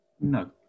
No